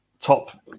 top